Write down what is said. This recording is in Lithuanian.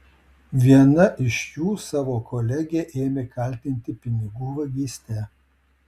viena iš jų savo kolegę ėmė kaltinti pinigų vagyste